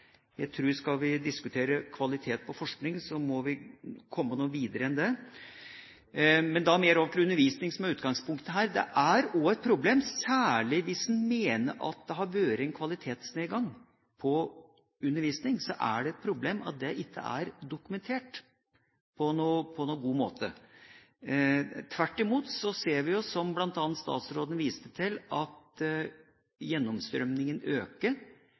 Jeg tror at skal vi diskutere kvalitet på forskning, må vi komme noe videre enn det. Men så mer over til undervisning, som er utgangspunktet her. Det er også et problem, særlig hvis en mener at det har vært en kvalitetsnedgang på undervisning, at dette ikke er dokumentert på noen god måte. Tvert imot ser vi, som bl.a. statsråden viste til, at gjennomstrømmingen øker.